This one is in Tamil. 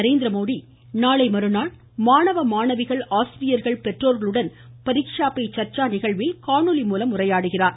நரேந்திரமோடி நாளைமறுநாள் மாணவ மாணவிகள் ஆசிரியர்கள் பெற்றோர்களுடன் பரிக்ஷா பே சர்ச்சா நிகழ்வில் காணொலிமூலம் உரையாடுகிறார்